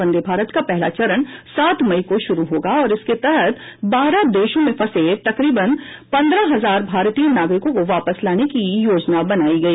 वंदे भारत का पहला चरण सात मई को शुरू हुआ और इसके तहत बारह देशों में फंसे तकरीबन पन्द्रह हजार भारतीय नागरिकों को वापस लाने की योजना बनाई गई